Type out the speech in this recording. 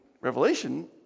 Revelation